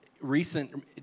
recent